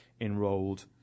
enrolled